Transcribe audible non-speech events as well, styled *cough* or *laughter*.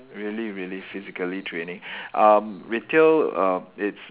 really really physically draining *breath* um retail err it's